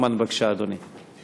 בבקשה, אדוני.